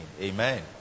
amen